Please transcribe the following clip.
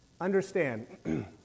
understand